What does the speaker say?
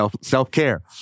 Self-care